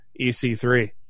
EC3